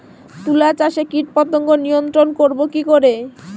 তুলা চাষে কীটপতঙ্গ নিয়ন্ত্রণর করব কি করে?